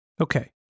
Okay